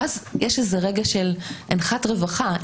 ואז יש רגע של אנחת רווחה,